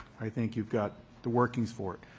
i think you've got the workings for it.